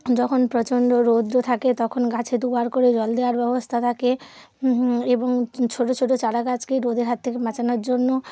যখন প্রচণ্ড রৌদ্র থাকে তখন গাছে দুবার করে জল দেওয়ার ব্যবস্থা থাকে এবং ছোট ছোট চারাগাছকে রোদের হাত থেকে বাঁচানোর জন্য